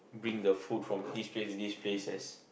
bring the food from this place to this place as